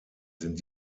sind